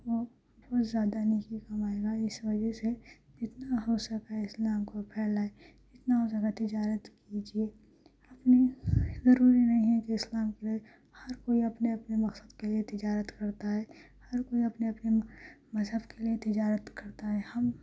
وہ بہت زیادہ نیکی کمائے گا اس وجہ سے جتنا ہو سکے اسلام کو پھیلائے جتنا ہو سکے تجارت کیجیے کوئی ضروری نہیں ہے کہ اسلام ہر کوئی اپنے اپنے مقصد کے لیے تجارت کرتا ہے ہر کوئی اپنے اپنے مذہب کے لیے تجارت کرتا ہے